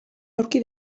aurki